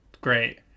great